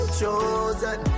chosen